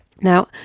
Now